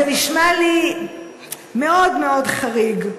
זה נשמע לי מאוד מאוד חריג.